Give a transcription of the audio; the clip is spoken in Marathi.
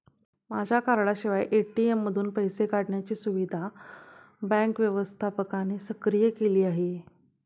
माझ्या कार्डाशिवाय ए.टी.एम मधून पैसे काढण्याची सुविधा बँक व्यवस्थापकाने सक्रिय केली आहे